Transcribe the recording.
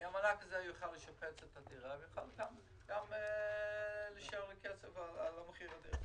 מן המענק הזה יוכל לשפץ את הדירה ואף יישאר לו כסף על מחיר הדירה.